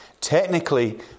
technically